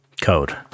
code